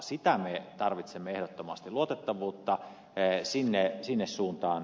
sitä me tarvitsemme ehdottomasti luotettavuutta sinne suuntaan